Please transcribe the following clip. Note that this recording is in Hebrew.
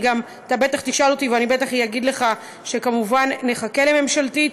אתה בטח תשאל אותי ואני בטח אגיד לך שכמובן נחכה לממשלתית,